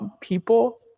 people